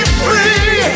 free